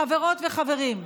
חברות וחברים,